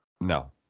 No